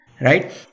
right